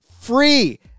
free